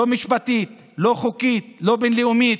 לא משפטית, לא חוקית, לא בין-לאומית,